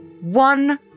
one